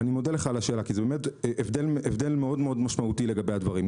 אני מודה לך על השאלה כי זה באמת הבדל משמעותי מאוד בין הדברים.